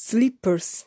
Slippers